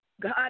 God